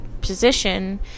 position